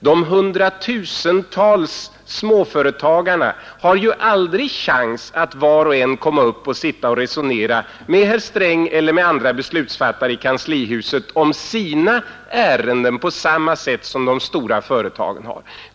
De tusentals småföretagarna har aldrig chans att var och en komma upp och sitta och resonera med herr Sträng eller med andra beslutsfattare i kanslihuset om sina ärenden på samma sätt som företrädare för de stora företagen har.